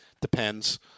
depends